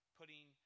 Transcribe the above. putting